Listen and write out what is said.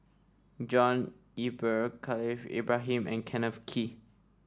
John Eber Khalil Ibrahim and Kenneth Kee